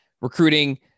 recruiting